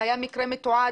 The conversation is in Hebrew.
זה היה מקרה מתועד